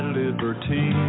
liberty